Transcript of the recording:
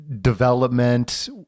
development